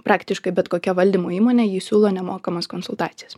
praktiškai bet kokia valdymo įmonė ji siūlo nemokamas konsultacijas